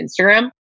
Instagram